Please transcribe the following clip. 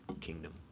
kingdom